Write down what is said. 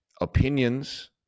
opinions